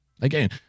Again